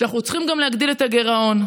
שאנחנו צריכים גם להגדיל את הגירעון.